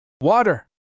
Water